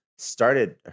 Started